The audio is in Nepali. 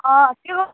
अँ त्यो